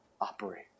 operate